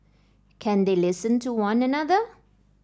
can they listen to one another